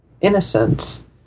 innocence